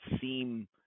seem –